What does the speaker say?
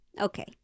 Okay